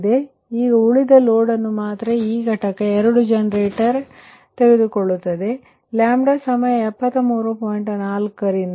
ಆದ್ದರಿಂದ ಈಗ ಈ ಉಳಿದ ಲೋಡ್ ಅನ್ನು ಮಾತ್ರ ಈ ಘಟಕ ಎರಡು ಜನರೇಟರ್ ಎರಡು ತೆಗೆದುಕೊಳ್ಳುತ್ತದೆ ಮತ್ತು ಅದು ನಿಮ್ಮ 73